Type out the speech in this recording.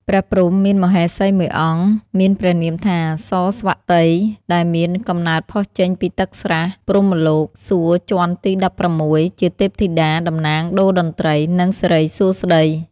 ព្រះព្រហ្ម មានមហាសី១អង្គ មានព្រះនាមថា “សរស្វតី” ដែលមានកំណើតផុសចេញពីទឹកស្រះ ព្រហ្មលោក សួគ៌ជាន់ទី១៦ ជាទេពធិតា តំណាងដូរ្យតន្ត្រី និងសិរីសួស្តី ។